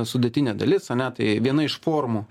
sudėtinė dalis ane tai viena iš formų